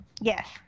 Yes